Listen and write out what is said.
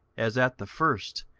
as at the first,